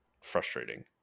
frustrating